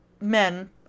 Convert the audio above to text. men